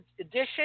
edition